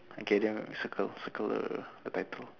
okay then we circle circle the the title